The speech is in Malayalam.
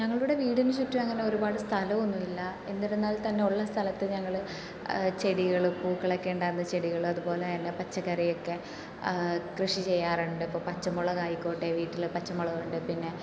ഞങ്ങളുടെ വീടിന് ചുറ്റും അങ്ങനെ ഒരുപാട് സ്ഥലമൊന്നുമില്ല എന്നിരുന്നാൽ തന്നെ ഉള്ള സ്ഥലത്ത് ഞങ്ങൾ ചെടികളും പൂക്കളൊക്കെ ഉണ്ടാവുന്ന ചെടികൾ അതുപോലെ തന്നെ പച്ചക്കറിയൊക്കെ കൃഷി ചെയ്യാറുണ്ട് ഇപ്പം പച്ചമുളക് ആയിക്കോട്ടെ വീട്ടിൽ പച്ചമുളകുണ്ട് പിന്നെ